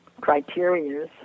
Criteria